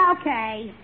Okay